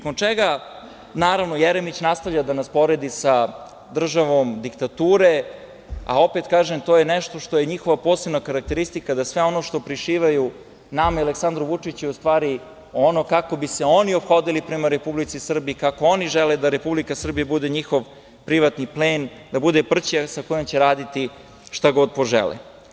Naravno, Jeremić nastavlja da nas poredi sa državom diktature, a opet, kažem, to je nešto što je njihova posebna karakteristika, da sve ono što prišivaju nama i Aleksandru Vučiću je u stvari ono kako bi se oni ophodili prema Republici Srbiji, kako oni žele da Republika Srbija bude njihov privatni plen, da bude prćija sa kojim će raditi šta god požele.